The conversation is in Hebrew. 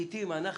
לעיתים אנחנו,